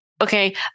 Okay